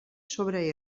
sobre